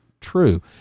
true